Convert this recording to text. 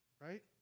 right